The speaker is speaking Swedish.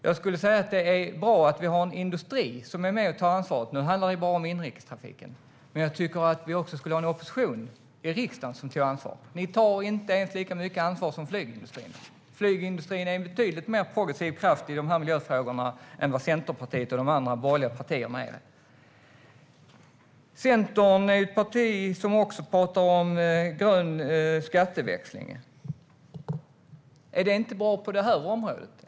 Jag tycker att det är bra att vi har en industri som är med och tar ansvar. Nu handlar det här bara om inrikestrafiken, men vi borde ha en opposition i riksdagen som tar ansvar. Ni tar inte ens lika mycket ansvar som flygindustrin. Flygindustrin är en betydligt mer progressiv kraft i miljöfrågorna än vad Centerpartiet och de andra borgerliga partierna är. Centern pratar också om grön skatteväxling. Är det inte bra på det här området?